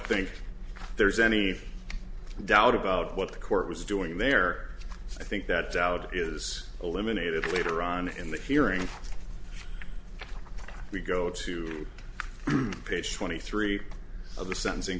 think there's any doubt about what the court was doing there i think that doubt is eliminated later on in the hearing we go to page twenty three of the sentencing